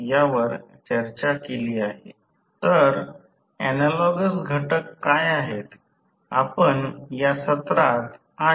तर PG 3 I12 Rf कारण जेव्हा हे बनते तेव्हा यास समतुल्य बनवताना काय होईल